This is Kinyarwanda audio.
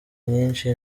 nyinshi